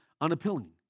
unappealing